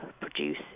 produce